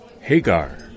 Hagar